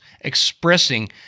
expressing